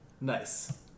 Nice